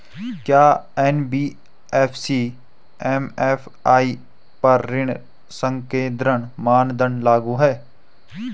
क्या NBFC MFI पर ऋण संकेन्द्रण मानदंड लागू हैं?